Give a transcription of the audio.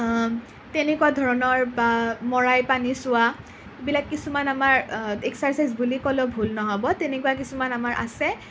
তেনেকুৱা ধৰণৰ বা মৰাই পানী চোৱা এইবিলাক কিছুমান আমাৰ এক্সাৰচাইজ বুলি ক'লেও ভুল নহ'ব তেনেকুৱা কিছুমান আমাৰ আছে